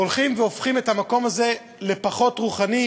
הולכת והופכת את המקום הזה לפחות רוחני,